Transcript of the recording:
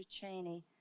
Cheney